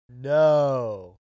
No